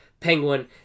Penguin